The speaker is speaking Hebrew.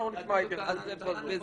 טענה נכונה.